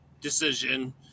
decision –